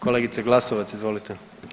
Kolegice Glasovac, izvolite.